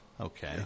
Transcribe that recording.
okay